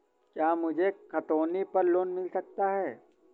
क्या मुझे खतौनी पर लोन मिल सकता है?